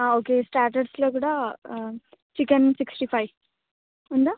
okay స్టార్టర్స్లో కూడా chicken sixty five ఉందా